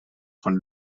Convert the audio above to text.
von